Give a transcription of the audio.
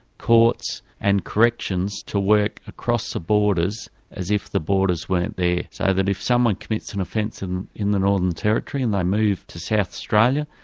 courts, and corrections to work across the borders as if the borders weren't there, so that if someone commits an offence in in the northern territory and they move to south australia,